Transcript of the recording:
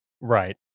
Right